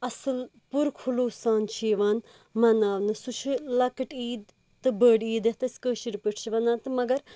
اَصٕل پُر خُلوص سان چِھ یِوان مناونہٕ سُہ چِھ لَکٕٹۍ عیٖد تہٕ بٔڑۍ عیٖد یَتھ أسۍ کٲشِر پٲٹھۍ چھِ وَنان تہٕ مگر